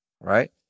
right